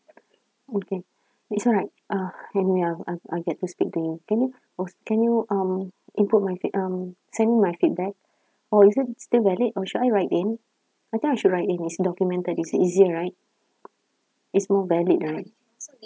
okay it's alright uh anyway I I I get to speak to you can you uh can you um input my feed~ um send in my feedback or is it still valid or should I write in I think I should write in it's documented it's easier right it's more valid right